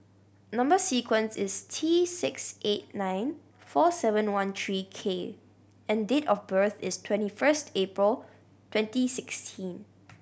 number sequence is T six eight nine four seven one three K and date of birth is twenty first April twenty sixteen